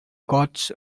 gods